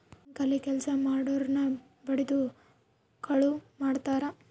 bank ಅಲ್ಲಿ ಕೆಲ್ಸ ಮಾಡೊರ್ನ ಬಡಿದು ಕಳುವ್ ಮಾಡ್ತಾರ